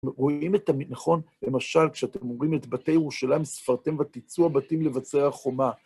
אומרים את ה... נכון, למשל, כשאתם אומרים את "בתי ירושלים ספרתם ותתצו הבתים לבצר החומה".